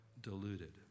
deluded